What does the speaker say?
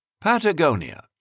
Patagonia